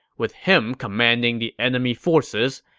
with him commanding the enemy forces,